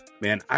man